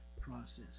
process